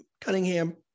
Cunningham